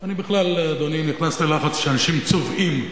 אני בכלל, אדוני, נכנס ללחץ כשאנשים צובאים,